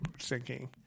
sinking